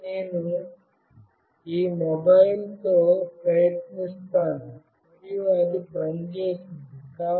ఇప్పుడు నేను ఈ మొబైల్తో ప్రయత్నిస్తాను మరియు అది పని చేసింది